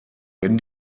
wenn